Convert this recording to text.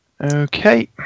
Okay